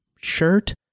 shirt